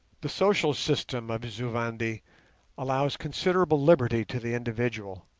the social system of the zu-vendi allows considerable liberty to the individual,